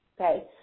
okay